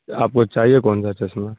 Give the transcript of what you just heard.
آپ کو چاہیے کون سا چشمہ